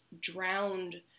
drowned